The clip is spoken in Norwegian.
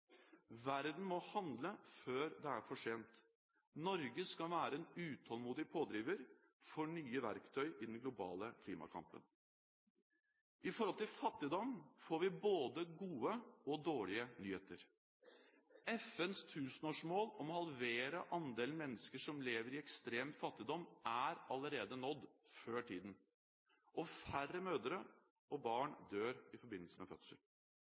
Verden må handle før det er for sent. Norge skal være en utålmodig pådriver for nye verktøy i den globale klimakampen. Når det gjelder fattigdom, får vi både gode og dårlige nyheter. FNs tusenårsmål om å halvere andelen mennesker som lever i ekstrem fattigdom, er allerede nådd, før tiden. Færre mødre og barn dør i forbindelse med fødsel.